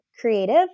creative